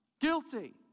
Guilty